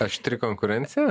aštri konkurencija